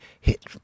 hit